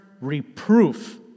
reproof